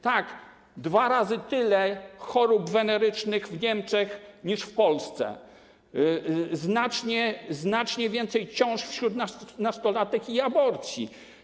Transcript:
Tak, dwa razy tyle chorób wenerycznych w Niemczech niż w Polsce, znacznie więcej ciąż wśród nastolatek i aborcji.